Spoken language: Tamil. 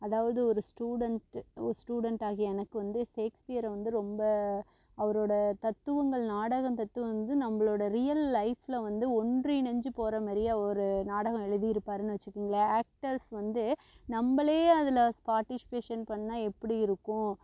அதாவது ஒரு ஸ்டுடென்ட்டு ஒரு ஸ்டுடென்ட் ஆகிய எனக்கு வந்து ஷேக்ஸ்பியரை வந்து ரொம்ப அவரோட தத்துவங்கள் நாடகம் தத்துவம் வந்து நம்மளோட ரியல் லைஃப்பில் வந்து ஒன்றிணைஞ்சு போகிற மாதிரியே ஒரு நாடகம் எழுதியிருப்பாருனு வெச்சுக்கிங்களேன் ஆக்டர்ஸ் வந்து நம்மளயே அதில் பார்ட்டிஸ்பேஷன் பண்ணிணா எப்படி இருக்கும்